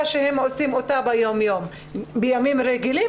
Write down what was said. בימים רגילים,